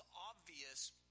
obvious